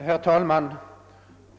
Herr talman!